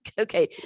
okay